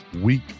week